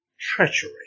treachery